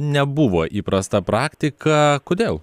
nebuvo įprasta praktika kodėl